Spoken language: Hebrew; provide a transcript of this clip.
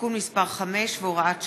(תיקון מס' 5 והוראת שעה),